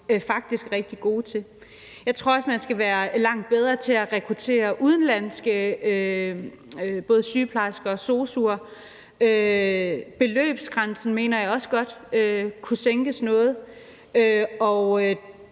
faktisk er rigtig gode til? Jeg tror også, man skal være langt bedre til at rekruttere både udenlandske sygeplejersker og sosu'er. Beløbsgrænsen mener jeg også godt kunne sænkes noget. Og